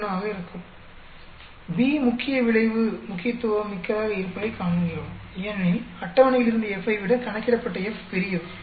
71 ஆக இருக்கும் B முக்கிய விளைவு முக்கியதுவமிக்கதாக இருப்பதைக் காண்கிறோம் ஏனெனில் அட்டவணையில் இருந்த Fஐ விட கணக்கிடப்பட்ட F பெரியது